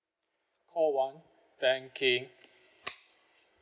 call one banking